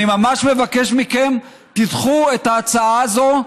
אני ממש מבקש מכם: תדחו את ההצעה הזאת,